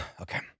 Okay